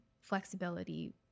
flexibility